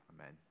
Amen